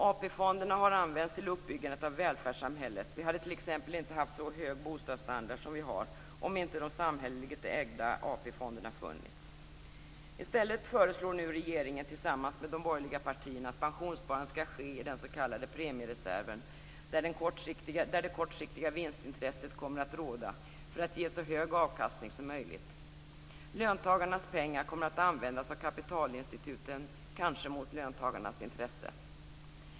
AP-fonderna har använts till uppbyggandet av välfärdssamhället. Vi hade t.ex. inte haft en så hög bostadsstandard som vi har, om inte de samhälleligt ägda AP-fonderna funnits. I stället föreslår nu regeringen tillsammans med de borgerliga partierna att pensionssparandet skall ske i den s.k. premiereserven, där det kortsiktiga vinstintresset kommer att råda, för att ge så hög avkastning som möjligt. Löntagarnas pengar kommer att användas av kapitalinstituten, kanske mot löntagarnas intressen.